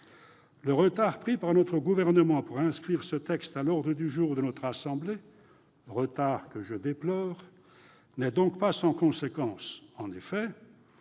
Le retard pris par notre gouvernement pour inscrire ce texte à l'ordre du jour de notre assemblée, retard que je déplore, n'est donc pas sans conséquence. En effet,